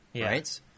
right